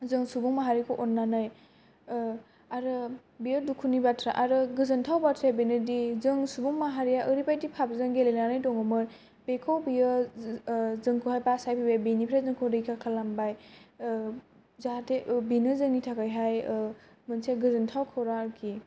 जों सुबुं माहारिखौ अननानै आरो बेयो दुखुनि बाथ्रा आरो गोजोनथाव बाथ्राया बेनोदि जों सुबुं माहारिया ओरैबादि फाफजों गेलेनानै दङ'मोन बेखौ बेयो जोंखौहाय बासायबोबाय बेनिफ्राय जोंखौहाय रैखा खालामबाय जाहाथे बेनो जोंनि थाखायहाय मोनसे गोजोनथाव खौरां आरोखि